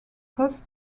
cost